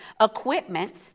equipment